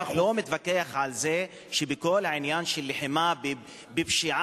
אני לא מתווכח על זה שבכל העניין של הלחימה בפשיעה,